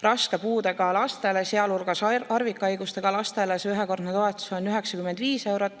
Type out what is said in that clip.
Raske puudega laste, sealhulgas harvikhaigustega laste puhul on see ühekordne toetus 95 eurot,